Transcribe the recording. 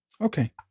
Okay